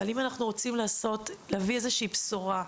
אבל אם אנחנו רוצים להביא איזושהי בשורה,